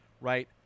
Right